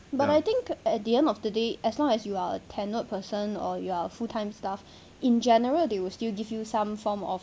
but I think at the end of the day as long as you're tenured person or you're full time staff in general they will still give you some form of